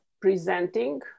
presenting